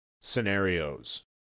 Scenarios